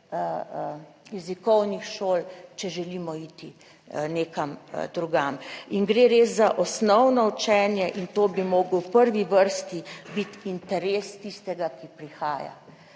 jezikovnih šol, če želimo iti nekam drugam. Gre res za osnovno učenje in to bi mogel v prvi vrsti biti interes tistega, ki prihaja.